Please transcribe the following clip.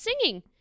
singing